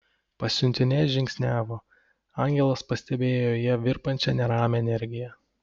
pasiuntinė žingsniavo angelas pastebėjo joje virpančią neramią energiją